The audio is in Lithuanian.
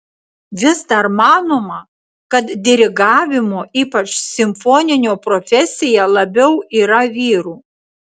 vis dar manoma kad dirigavimo ypač simfoninio profesija labiau yra vyrų